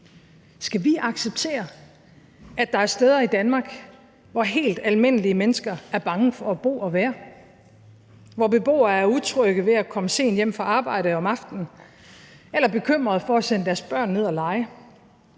Skal vi acceptere, at der er steder i Danmark, hvor helt almindelige mennesker er bange for at bo og være, hvor beboere er utrygge ved at komme sent hjem fra arbejde om aftenen eller bekymrede for at sende deres børn ned at lege?